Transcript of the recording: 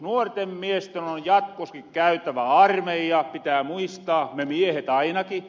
nuorten miesten on jatkoskin käytävä armeija pitää muistaa me miehet ainaki